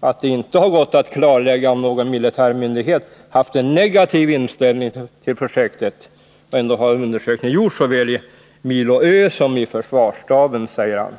sagt att det inte har gått att klarlägga om någon militär myndighet haft en negativ inställning till projektet. Och ändå har undersökning gjorts såväl i Milo Ö som i försvarsstaben, säger han.